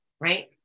right